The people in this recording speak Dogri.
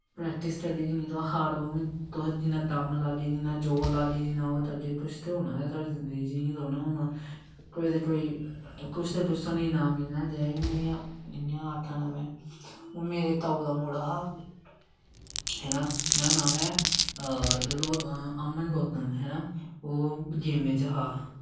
प्रैक्टिस करगे जिन्नी तुस हार्डवर्क जिन्नां दम्म लागे जिन्ना जोर लागे जिन्ना ओह् करगे कुश ते होनां गै ऐ कोई ते कोई कुश ते कुश इनाम उनें मिलनां गै इ'यां आक्खा ना में हून मेरे ताऊ दा मुड़ा हा हैना नोहाड़ा नाम ऐ अमन गोत्तम हैना ओह् गेमें च हा